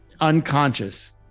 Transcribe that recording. unconscious